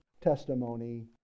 testimony